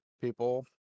people